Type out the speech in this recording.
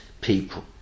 people